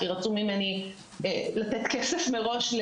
כי רצו ממני סכום מאוד גדול מראש,